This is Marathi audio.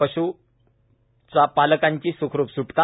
पशुपालकाची सुखरूप सुटका